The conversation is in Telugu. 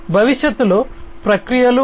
భవిష్యత్తులో ప్రక్రియలు